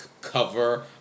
cover